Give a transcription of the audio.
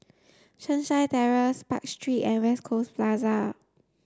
sunshine Terrace Park Street and West Coast Plaza